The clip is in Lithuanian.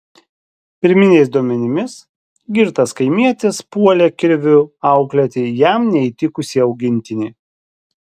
pirminiais duomenimis girtas kaimietis puolė kirviu auklėti jam neįtikusį augintinį